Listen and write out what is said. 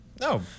No